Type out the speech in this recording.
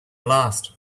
last